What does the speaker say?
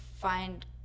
Find